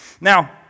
Now